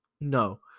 No